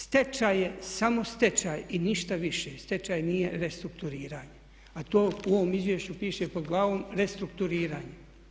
Stečaj je samo stečaj i ništa više, stečaj nije restrukturiranje, a to u ovom izvješću piše pod glavom restrukturiranje.